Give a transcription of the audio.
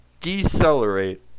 decelerate